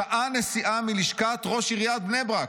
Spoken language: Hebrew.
שעה נסיעה מלשכת ראש עיריית בני ברק.